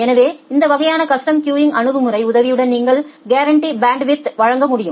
எனவே இந்த வகையான கஸ்டம் கியூங் அணுகுமுறை உதவியுடன் நீங்கள் கேரன்டிட் பேண்ட்வித்யை வழங்க முடியும்